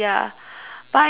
but I'm not sure whether if it's